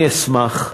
אני אשמח,